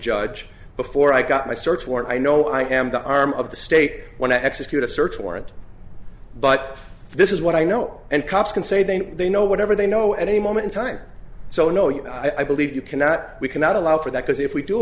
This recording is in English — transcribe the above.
judge before i got my search warrant i know i am the arm of the state when i execute a search warrant but this is what i know and cops can say they know they know whatever they know at any moment in time so know you i believe you cannot we cannot allow for that because if we do